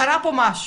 קרה פה משהו,